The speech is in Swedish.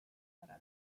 förra